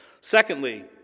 Secondly